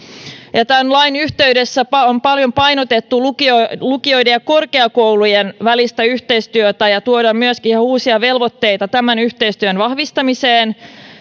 tämän lain yhteydessä on paljon painotettu lukioiden lukioiden ja korkeakoulujen välistä yhteistyötä ja tuodaan myöskin ihan uusia velvoitteita yhteistyön vahvistamiseen